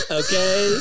okay